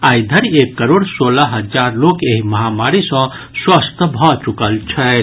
आइ धरि एक करोड़ सोलह हजार लोक एहि महामारी सँ स्वस्थ भऽ चुकल छथि